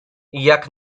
jak